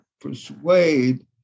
persuade